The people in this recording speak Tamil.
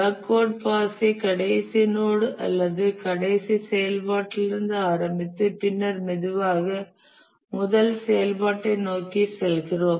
பேக்வேர்ட் பாஸைத் ஐ கடைசி நோட் அல்லது கடைசி செயல்பாட்டிலிருந்து ஆரம்பித்து பின்னர் மெதுவாக முதல் செயல்பாட்டை நோக்கி செல்கிறோம்